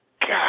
God